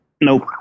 Nope